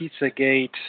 Pizzagate